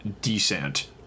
Descent